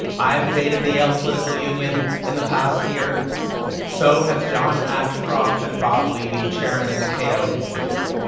i have debated the yale political union in the past year so has john ashcroft and bob levy, chairman of the cato institute.